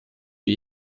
wir